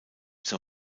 zur